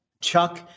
Chuck